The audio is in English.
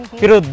pero